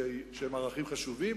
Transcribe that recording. שהן ערכים חשובים,